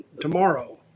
tomorrow